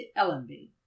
Ellenby